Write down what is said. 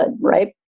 right